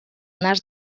nas